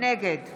נגד